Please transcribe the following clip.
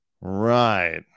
Right